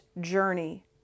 journey